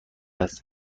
است